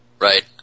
Right